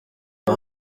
ngo